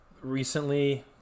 Recently